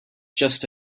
just